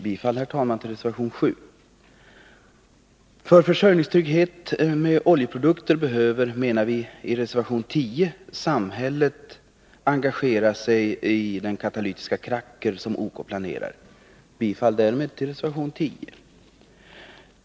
Jag yrkar, herr talman, bifall till reservation nr 7. För att åstadkomma försörjningstrygghet när det gäller oljeprodukter behöver, menar vi, samhället engagera sig i den katalytiska kracker som OK planerar. Jag yrkar bifall till reservation 10.